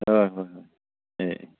ꯍꯣꯏ ꯍꯣꯏ ꯍꯣꯏ ꯑꯦ ꯑꯦ